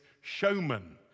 Showman